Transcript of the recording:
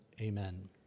amen